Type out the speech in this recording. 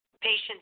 patient's